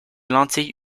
lentilles